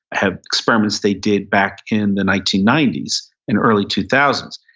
have experiments they did back in the nineteen ninety s and early two thousand